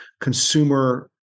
consumer